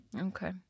Okay